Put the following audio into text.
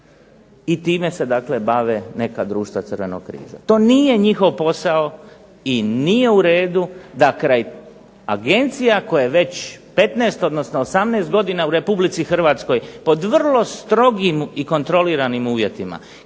i time se dakle bave neka društva Crvenog križa. To nije njihov posao i nije u redu da kraj agencija koje već 15, odnosno 18 godina u RH pod vrlo strogim i kontroliranim uvjetima